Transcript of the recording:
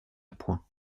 point